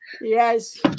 Yes